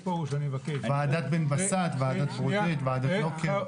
ועדת בן בסט, ועדת ברודט, ועדת לוקר.